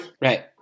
right